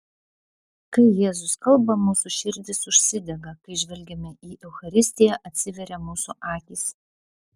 kai jėzus kalba mūsų širdys užsidega kai žvelgiame į eucharistiją atsiveria mūsų akys